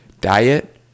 diet